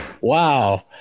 wow